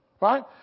Right